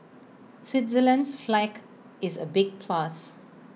Switzerland's flag is A big plus